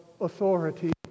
authority